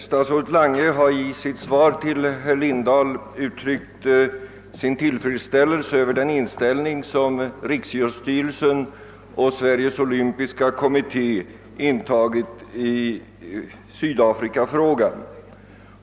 Statsrådet Lange har i sitt svar till herr Lindahl uttryckt sin tillfredsställelse över den inställning som riksidrottsstyrelsen och Sveriges olympiska kommitté intagit i sydafrikafrågan.